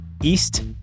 East